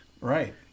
Right